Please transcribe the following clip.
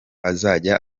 azajya